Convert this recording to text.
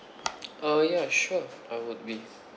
oh ya sure I would be